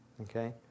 Okay